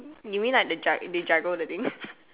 you mean like they jug they juggle the thing